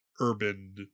urban